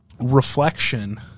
reflection